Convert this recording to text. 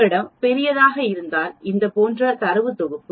உங்களிடம் பெரியதாக இருந்தால் இது போன்ற தரவு தொகுப்பு